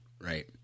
Right